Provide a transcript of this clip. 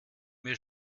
mir